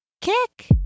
kick